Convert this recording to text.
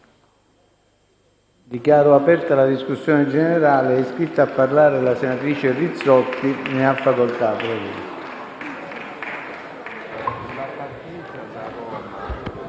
Dichiaro aperta la discussione generale. È iscritta a parlare la senatrice Rizzotti. Ne ha facoltà.